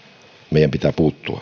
meidän pitää puuttua